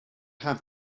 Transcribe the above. have